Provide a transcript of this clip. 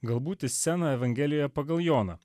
galbūt į sceną evangelijoje pagal joną